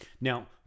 now